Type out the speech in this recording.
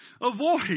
avoid